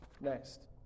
Next